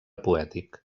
poètic